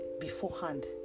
beforehand